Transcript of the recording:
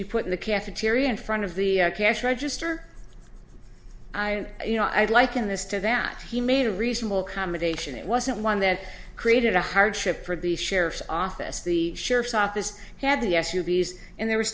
be put in the cafeteria in front of the cash register i you know i'd liken this to that he made a reasonable commendation it wasn't one that created a hardship for the sheriff's office the sheriff's office had the s u abuse and there was